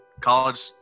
College